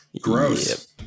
gross